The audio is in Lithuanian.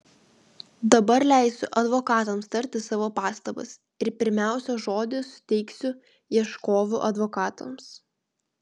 dabar leisiu advokatams tarti savo pastabas ir pirmiausia žodį suteiksiu ieškovų advokatams